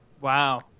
Wow